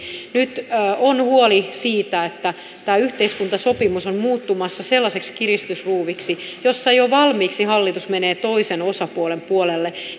nyt on huoli siitä että tämä yhteiskuntasopimus on muuttumassa sellaiseksi kiristysruuviksi jossa jo valmiiksi hallitus menee toisen osapuolen puolelle